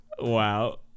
Wow